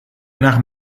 nach